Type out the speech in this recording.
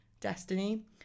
destiny